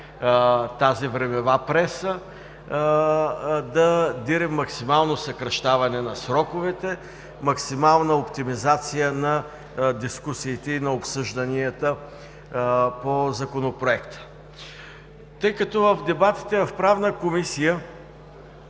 тази времева преса – да дирим максимално съкращаване на сроковете, максимална оптимизация на дискусиите и на обсъжданията по Законопроекта. Тъй като в дебатите в Правната комисия